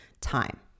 Time